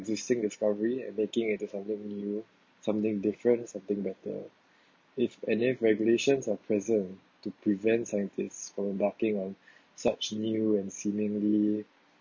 existing discovery and making it into something new something different something better if any regulations are present to prevent scientists from embarking on such new and seemingly